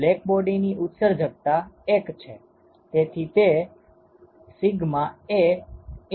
તેથી બ્લેકબોડીની ઉત્સર્જકતા 1 છે